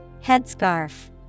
Headscarf